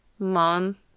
Mom